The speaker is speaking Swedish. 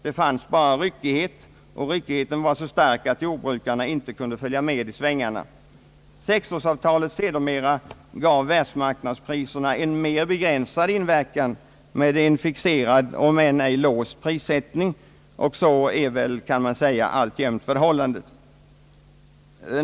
Där fanns bara ryckighet, och den var så stark att jordbrukarna inte kunde följa med i svängarna. Sedermera gav = sexårsavtalet världsmarknadspriserna en mer bezgränsad roll, med en fixerad om än ej låst prissättning; och det förhållandet kan man väl säga alltjämt råder.